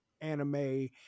anime